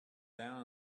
down